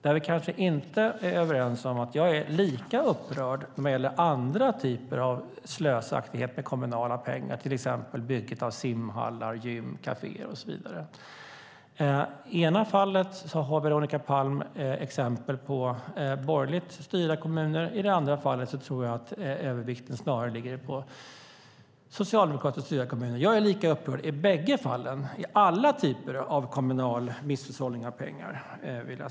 Där vi kanske inte är överens är beträffande andra typer av slösaktighet med kommunala pengar, till exempel bygget av simhallar, gym, kaféer och så vidare. Jag är lika upprörd i de fallen. I det ena fallet ger Veronica Palm exempel på borgerligt styrda kommuner, i det andra fallet tror jag att övervikten snarare ligger på socialdemokratiskt styrda kommuner. Jag är lika upprörd i bägge fallen, vid alla typer av kommunal misshushållning med pengar.